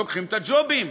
לוקחים את הג'ובים,